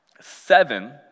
Seven